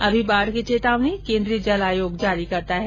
अभी बाढ़ की चेतावनी केन्द्रीय जल आयोग जारी करता है